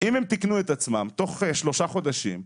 ואם הם תיקנו את עצמם תוך 3 חודשים,